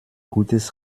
gutes